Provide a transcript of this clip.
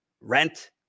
Rent